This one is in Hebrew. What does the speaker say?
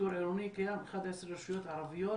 שיטור עירוני קיים ב-11 רשויות ערביות,